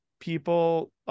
people